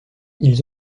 ils